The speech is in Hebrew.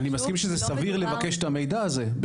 אני מסכים שזה סביר לבקש את המידע הזה.